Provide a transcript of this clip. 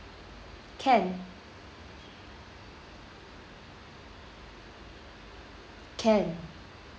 can can